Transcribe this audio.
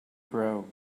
grow